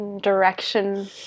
direction